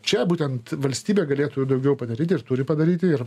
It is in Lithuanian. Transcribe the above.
čia būtent valstybė galėtų daugiau padaryti ir turi padaryti ir